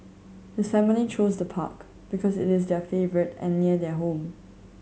his family chose the park because it is their favourite and near their home